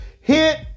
hit